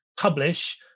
publish